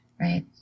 right